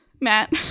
Matt